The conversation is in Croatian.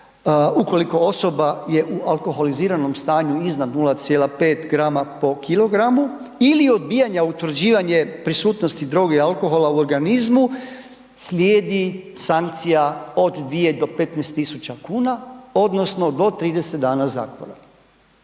ukoliko osoba je u alkoholiziranom stanju iznad 0,5 grama po kilogramu ili odbijanja utvrđivanje prisutnosti droge i alkohola u organizmu slijedi sankcija od 2 do 15.000,00 kn odnosno do 30 dana zatvora.